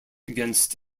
against